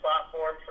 platform